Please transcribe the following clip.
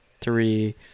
three